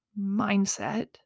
mindset